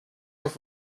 auf